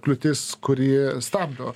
kliūtis kuri stabdo